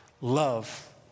love